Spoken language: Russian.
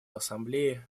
ассамблее